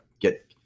get